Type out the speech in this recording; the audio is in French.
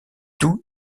tout